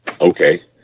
okay